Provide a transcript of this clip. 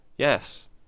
Yes